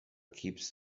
keeps